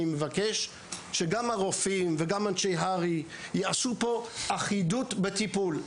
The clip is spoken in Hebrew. אני מבקש שגם הרופאים וגם אנשי הר"י יעשו פה אחידות בטיפול.